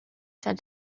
said